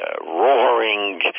roaring